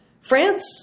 France